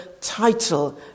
title